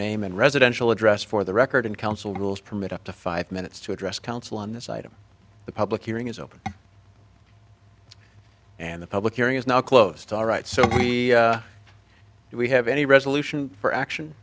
name and residential address for the record and council rules permit up to five minutes to address counsel on the site of the public hearing is open and the public hearing is now closed all right so we we have any resolution or action